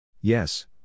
yes